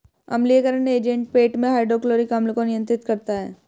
अम्लीयकरण एजेंट पेट में हाइड्रोक्लोरिक अम्ल को नियंत्रित करता है